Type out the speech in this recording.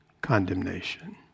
condemnation